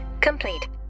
complete